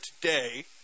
today